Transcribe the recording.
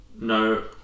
no